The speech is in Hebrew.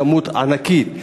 כמות ענקית.